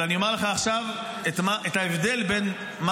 אבל אני אומר לך עכשיו את ההבדל בין מה